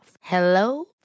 Hello